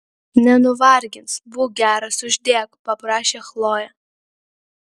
nenuvargins būk geras uždėk paprašė chlojė